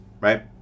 right